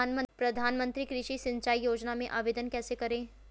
प्रधानमंत्री कृषि सिंचाई योजना में आवेदन कैसे करें?